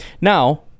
Now